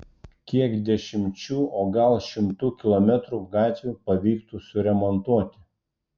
kiek dešimčių o gal šimtų kilometrų gatvių pavyktų suremontuoti